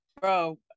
Bro